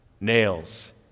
Nails